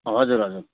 हजुर हजुर